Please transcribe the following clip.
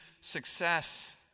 success